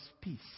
peace